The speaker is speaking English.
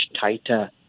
tighter